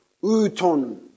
Uton